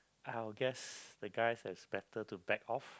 I will guess the guy better to back off